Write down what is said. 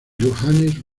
johannes